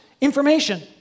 information